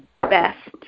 best